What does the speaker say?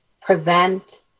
prevent